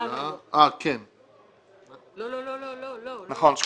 ששלח לפי תקנה 7(א) מהו הסממן או מהי הסיבה שבגינה סווג חשבון כחשבון